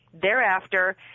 thereafter